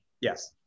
Yes